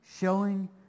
Showing